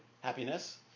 happiness